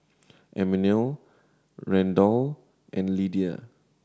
Emmanuel Randell and Lydia